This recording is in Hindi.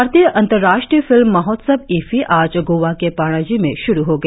भारतीय अंतर्राष्ट्रीय फिल्म महोत्सव ईफ्फी आज गोवा के पणजी में श्रु हो गया